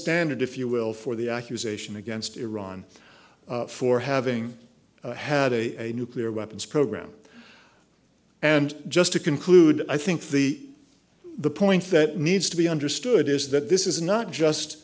standard if you will for the accusation against iran for having had a nuclear weapons program and just to conclude i think the the point that needs to be understood is that this is not just